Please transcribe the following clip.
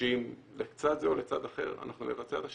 קשים לצד זה או לצד אחר, אנחנו נבצע את השינויים.